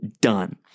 done